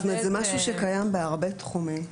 ההבחנה הזו היא משהו שקיים בהרבה תחומים.